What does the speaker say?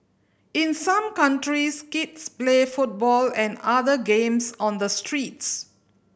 in some countries kids play football and other games on the streets